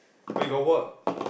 but you got work